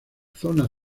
zona